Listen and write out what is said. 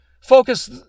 focus